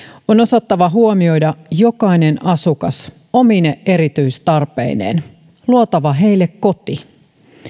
on osattava huomioida jokainen asukas omine erityistarpeineen luotava heille koti